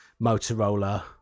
motorola